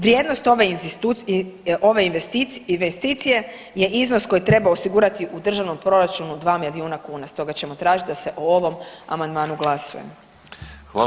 Vrijednost ove investicije je iznos koji treba osigurati u državnom proračunu 2 milijuna kuna, stoga ćemo tražiti da se o ovom amandmanu glasuje.